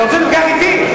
אתה רוצה להתווכח אתי?